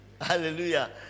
Hallelujah